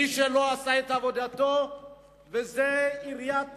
מי שלא עשה את עבודתו זה עיריית פתח-תקווה,